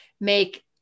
make